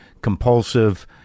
compulsive